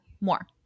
more